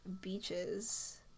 beaches